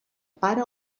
pare